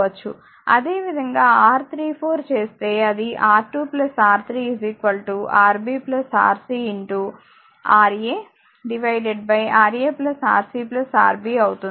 అదేవిధంగాR 34 చేస్తే అది R2 R3 Rb Rc Ra Ra Rc Rbఅవుతుంది